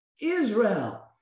Israel